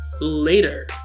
later